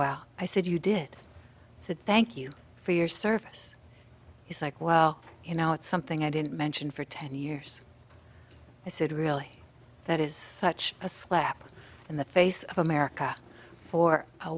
while i said you did it's a thank you for your service it's like well you know it's something i didn't mention for ten years i said really that is such a slap in the face of america for a